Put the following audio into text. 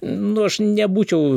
nu aš nebūčiau